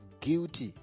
guilty